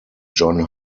john